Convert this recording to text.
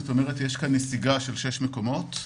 כלומר יש כאן נסיגה של שישה מקומות.